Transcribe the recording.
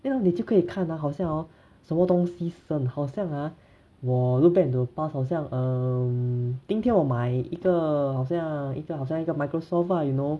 then hor 你就可以看啊好像 hor 什么东西升好像啊我 look back into the past 好像 um 今天我买一个好像一个好像一个 Microsoft ah you know